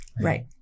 right